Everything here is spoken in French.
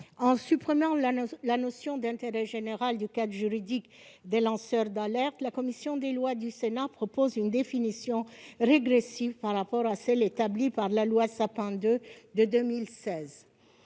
En supprimant la notion d'intérêt général du cadre juridique des lanceurs d'alerte, la commission des lois du Sénat propose une définition régressive par rapport à celle de la loi Sapin II de 2016.